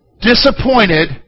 disappointed